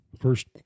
first